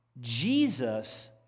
Jesus